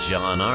John